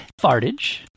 fartage